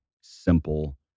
simple